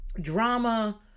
drama